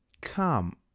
come